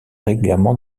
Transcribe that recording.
régulièrement